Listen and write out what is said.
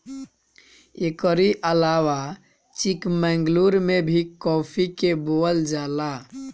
एकरी अलावा चिकमंगलूर में भी काफी के बोअल जाला